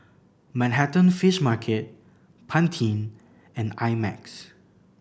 Manhattan Fish Market Pantene and I Max